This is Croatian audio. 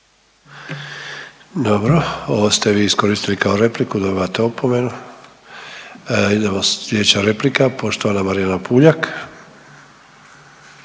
Dobro. Ovo ste vi iskoristili kao repliku, dobivate opomenu. Idemo sljedeća replika poštovana Marijana Puljak.